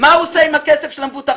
מה הוא עושה עם הכסף של המבוטחים?